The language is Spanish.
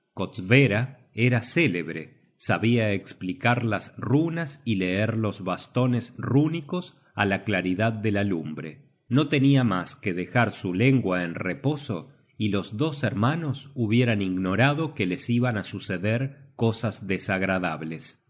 kostbera era célebre sabia esplicar las runas y leer los bastones rúnicos á la claridad de la lumbre no tenia mas que dejar su lengua en reposo y los dos hermanos hubieran ignorado que les iban á suceder cosas desagradables